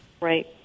Right